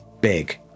big